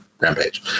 Rampage